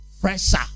fresher